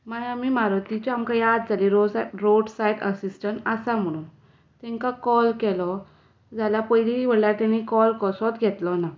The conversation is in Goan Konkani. मागीर आमी मारुतीची आमकां याद जाली रोज सा रोड सायड असिसटंट आसा म्हणून तांकां कॉल केलो जाल्यार पयलीं म्हणल्यार तांणी कॉल कसोच घेतलो ना